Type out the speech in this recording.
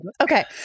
Okay